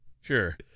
Sure